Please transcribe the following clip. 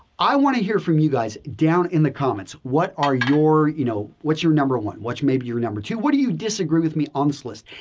i want to hear from you guys down in the comments what are your, you know, what's your number one, what's may be your number two? what do you disagree with me on this list?